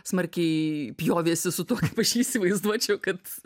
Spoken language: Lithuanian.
smarkiai pjovėsi su tuo kaip aš jį įsivaizduočiau kad